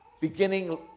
Beginning